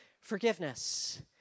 forgiveness